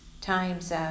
times